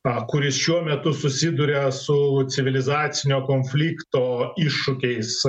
na kuris šiuo metu susiduria su civilizacinio konflikto iššūkiais